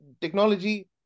technology